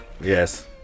Yes